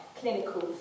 clinical